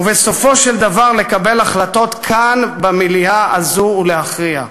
ובסופו של דבר לקבל החלטות כאן במליאה הזאת ולהכריע.